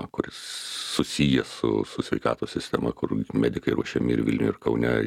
kuris susijęs su sveikatos sistema kur medikai ruošiami ir vilniuj ir kaune